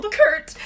kurt